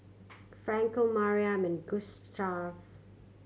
Franco Mariam and Gustaf